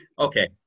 Okay